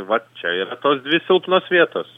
va čia yra tos dvi silpnos vietos